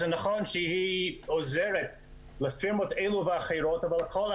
זה נכון שהיא עוזרת לפירמות כאלה ואחרות אבל הכול על